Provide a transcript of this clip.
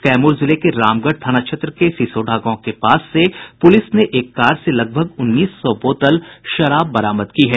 कैमूर जिले के रामगढ़ थाना क्षेत्र में सिसौढ़ा गांव के पास से पुलिस ने एक कार से लगभग उन्नीस सौ बोतल विदेशी शराब बरामद की है